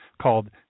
called